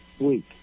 week